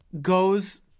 goes